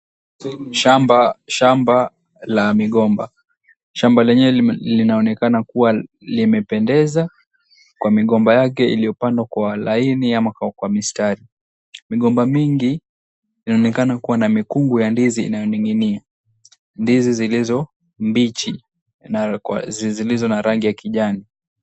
Shamba la migomba. Shamba lenyewe linaonekana kuwa limependeza kwa migomba yake iliyopandwa kwa laini ama kwa mistari. Migomba mingi inaonekana kuwa na mikungu ya ndizi inayoning'inia. Ndizi zilizo mbichi na zilizo na rangi ya kijani.